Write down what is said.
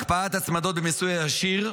הקפאת הצמדות במיסוי הישיר,